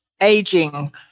aging